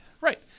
right